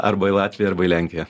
arba į latviją arba į lenkiją